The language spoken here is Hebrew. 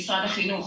משרד החינוך,